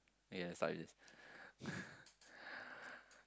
uh yeah so I just